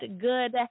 good